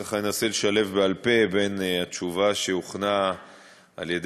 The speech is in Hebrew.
ככה אנסה לשלב בעל-פה בין התשובה שהוכנה על-ידי